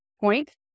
point